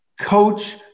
coach